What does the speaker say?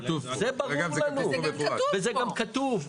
זה ברור לנו וזה גם כתוב.